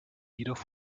jedoch